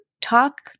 talk